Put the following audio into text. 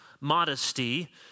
modesty